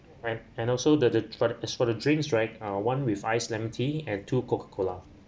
and and also the the for the drinks right uh one with iced lemon tea and two coca cola